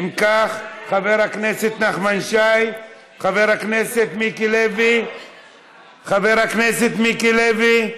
אם כך, חבר הכנסת נחמן שי, חבר הכנסת מיקי לוי,